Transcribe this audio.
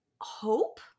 hope